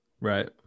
right